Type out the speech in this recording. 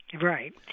Right